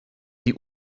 die